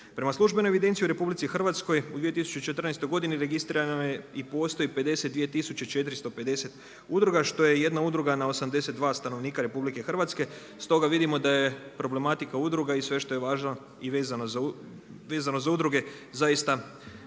Prema službenoj evidenciji u RH u 2014. godini registrirano je i postoji 52450 udruga što je jedna udruga na 82 stanovnika RH. Stoga vidimo da je problematika udruga i sve što je važno i vezano za udruge zaista i važno.